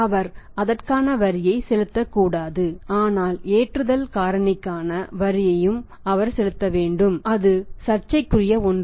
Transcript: அவர் அதற்கான வரியை செலுத்தக்கூடாது ஆனால் லோடிங் ஃபேக்டர் க்கான வரியையும் அவர் செலுத்த வேண்டும் அது சர்ச்சைக்குரிய ஒன்று